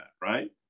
right